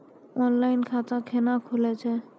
Online खाता केना खुलै छै?